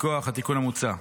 מכוח התיקון המוצע.